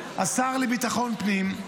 השר לביטחון הלאומי,